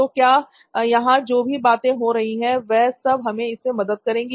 तो क्या यहां जो भी बातें हो रही हैं वह सब हमें इसमें मदद करेंगी